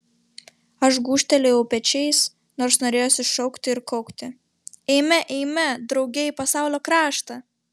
aš gūžtelėjau pečiais nors norėjosi šaukti ir kaukti eime eime drauge į pasaulio kraštą